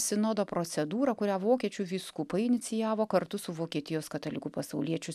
sinodo procedūrą kurią vokiečių vyskupai inicijavo kartu su vokietijos katalikų pasauliečių